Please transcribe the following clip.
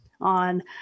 on